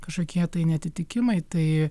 kažkokie neatitikimai tai